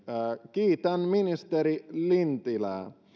kiitän ministeri lintilää